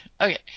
Okay